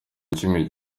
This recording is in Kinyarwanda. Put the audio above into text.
kimwe